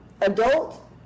Adult